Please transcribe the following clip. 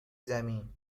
زمین